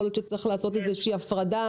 יכול להיות שצריך לעשות איזושהי הפרדה